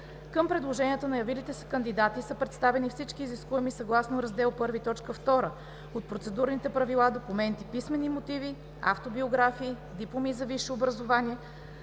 Към предложенията на явилите се кандидати са представени всички изискуеми съгласно раздел I, т. 2 от Процедурните правила документи – писмени мотиви, автобиографии, дипломи за висше образование,